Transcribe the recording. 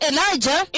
Elijah